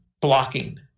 blocking